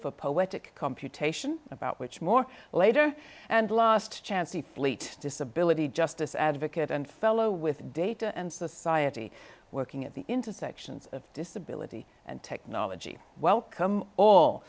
for poetic computation about more later and last chance the fleet disability justice advocate and fellow with data and society working at the intersections of disability and technology welcome all